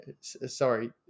Sorry